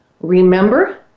Remember